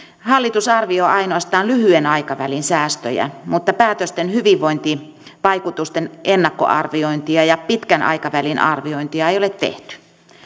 hallitus arvioi ainoastaan lyhyen aikavälin säästöjä mutta päätösten hyvinvointivaikutusten ennakkoarviointia ja pitkän aikavälin arviointia ei ole tehty